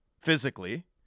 physically